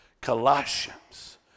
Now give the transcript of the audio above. Colossians